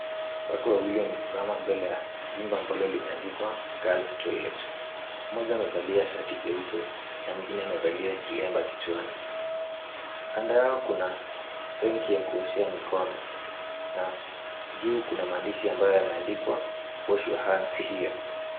Watu wawili wamesimama mbele ya jumba ambalo limeandikwa girls toilet. Mmoja amevalia shati jeupe na mwingine amevalia kilemba kichwani. Kando yao kuna tenki ya kuoshea mikono na juu yake kuna maandishi ambayo yamendikwa wash your hands here .